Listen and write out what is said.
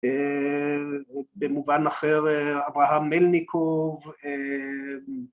במובן אחר אברהם מלניקוב